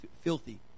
filthy